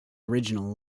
original